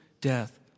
death